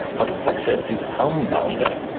but success is unbounded.